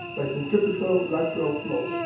by centripetal lateral flow.